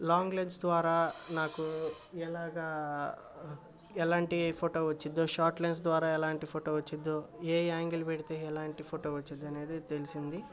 long lens ద్వారా నాకు ఎలాగా ఎలాంటి ఫొటో వచ్చిద్దో షార్ట్ లెన్స్ ద్వారా ఎలాంటి ఫొటో వచ్చిద్దో ఏ యాంగిల్ పెడితే ఎలాంటి ఫొటో వచ్చిద్దనేది తెలిసింది